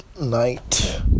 night